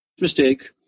mistake